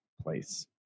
place